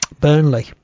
Burnley